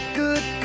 good